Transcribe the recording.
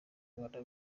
rwanda